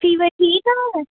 fever ਠੀਕ ਆ ਹੁਣ